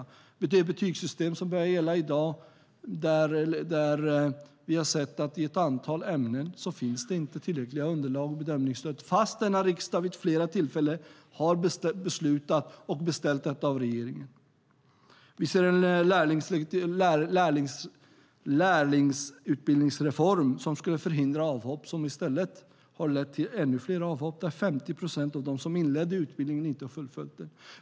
När det gäller det betygssystem som nu har börjat gälla har vi sett att det i ett antal ämnen inte finns tillräckliga underlag och bedömningsstöd trots att denna riksdag vid flera tillfällen har beslutat om och beställt detta från regeringen. Vi ser en lärlingsutbildningsreform som skulle förhindra avhopp men som i stället har lett till ännu fler avhopp. 50 procent av dem som påbörjade utbildningen har inte fullföljt den.